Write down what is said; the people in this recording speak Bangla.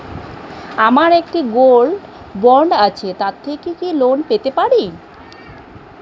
আমার একটি গোল্ড বন্ড আছে তার থেকে কি লোন পেতে পারি?